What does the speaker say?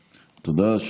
תודה.